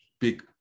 big